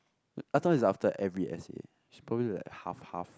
I thought it's after every s_a should probably like half half